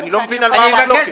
ואני לא מבין על מה המחלוקת.